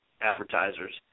advertisers